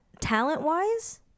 talent-wise